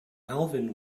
alvin